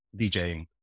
DJing